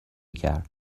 کرد